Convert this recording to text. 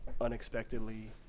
unexpectedly